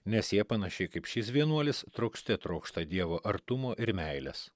nes jie panašiai kaip šis vienuolis trokšte trokšta dievo artumo ir meilės